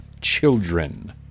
children